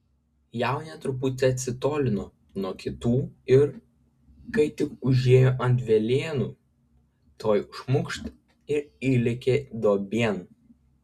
jaunė truputį atsitolino nuo kitų ir kai tik užėjo ant velėnų tuoj šmukšt ir įlėkė duobėn